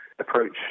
approach